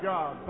God